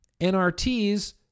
NRTs